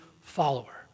follower